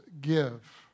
give